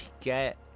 get